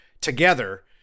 together